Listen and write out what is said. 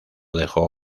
dejó